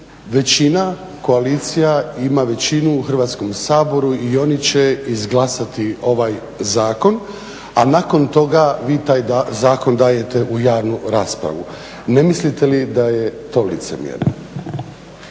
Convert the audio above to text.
većina koalicija ima većinu u Hrvatskom saboru i oni će izglasati ovaj zakon, a nakon toga vi taj zakon dajete u javnu raspravu. Ne mislite li da je to licemjerno?